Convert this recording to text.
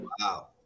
Wow